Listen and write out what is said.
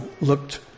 looked